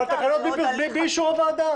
אבל התקנות בלי אישור הוועדה.